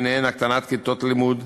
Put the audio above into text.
ובהן הקטנת כיתות לימוד,